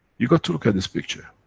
you got to look at this picture.